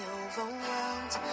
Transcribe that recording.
overwhelmed